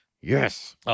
Yes